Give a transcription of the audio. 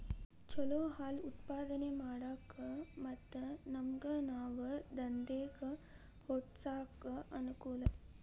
ಚಲೋ ಹಾಲ್ ಉತ್ಪಾದನೆ ಮಾಡಾಕ ಮತ್ತ ನಮ್ಗನಾವ ದಂದೇಗ ಹುಟ್ಸಾಕ ಅನಕೂಲ